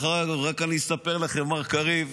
בכלל, אני רק אספר לכם, מר קריב